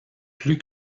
plus